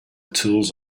tools